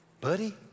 Buddy